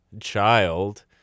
child